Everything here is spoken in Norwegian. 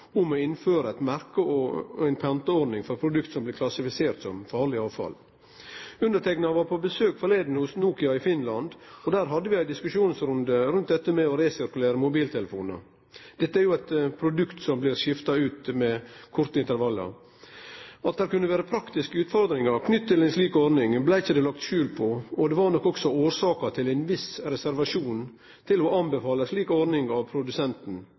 om å innføre ei merke- og panteordning for produkt som blir klassifiserte som farleg avfall. Underteikna var nyleg på besøk hos Nokia i Finland, og der hadde vi ein diskusjonsrunde rundt dette med å resirkulere mobiltelefonar. Dette er eit produkt som blir skifta ut med korte intervall. At det kunne vere praktiske utfordringar knytte til ei slik ordning, blei det ikkje lagt skjul på, og det var nok også årsaka til ein viss reservasjon med å anbefale ei slik ordning av produsenten.